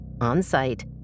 on-site